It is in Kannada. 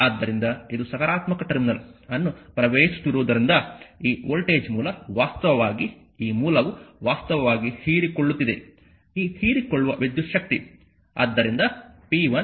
ಆದ್ದರಿಂದ ಇದು ಸಕಾರಾತ್ಮಕ ಟರ್ಮಿನಲ್ ಅನ್ನು ಪ್ರವೇಶಿಸುತ್ತಿರುವುದರಿಂದ ಈ ವೋಲ್ಟೇಜ್ ಮೂಲ ವಾಸ್ತವವಾಗಿ ಈ ಮೂಲವು ವಾಸ್ತವವಾಗಿ ಹೀರಿಕೊಳ್ಳುತ್ತಿದೆ ಈ ಹೀರಿಕೊಳ್ಳುವ ವಿದ್ಯುತ್ ಶಕ್ತಿ